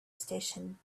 station